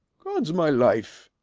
god's my life,